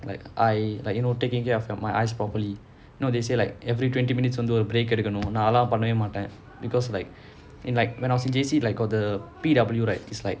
like I like you know taking care of my eyes properly you know they say like every twenty minutes வந்து ஒரு:vanthu oru break எடுக்கணும்:edukkanum because like in like when I was in J_C like got the P_W right it's like